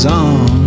on